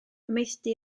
amaethdy